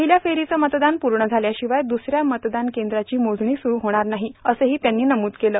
पहिल्या फेरीचे मतदान पूर्ण झाल्याशिवाय दुसऱ्या मतदान केंद्राची मोजणी सुरू होणार नाही असंही त्यांनी नमूद केलं